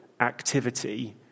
activity